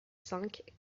cinq